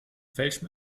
welchem